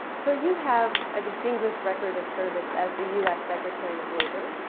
so you have a distinguished record of service as the us secretary of labor,